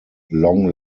long